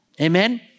Amen